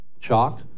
Chalk